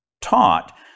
taught